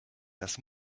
das